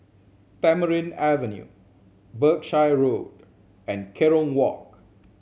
Tamarind Avenue Berkshire Road and Kerong Walk